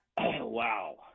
wow